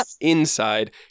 Inside